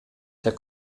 der